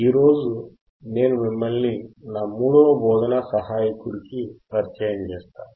ఈ రోజు నేను మీకు నా మూడవ బోధనా సహాయకుడికి పరిచయం చేస్తాను